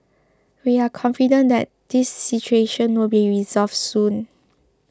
we are confident that this situation will be resolved soon